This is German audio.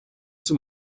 zur